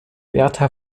bertha